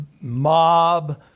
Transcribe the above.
Mob